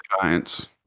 Giants